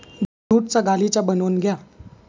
ज्यूटचा गालिचा बनवून घ्या